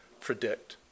predict